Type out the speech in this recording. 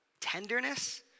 tenderness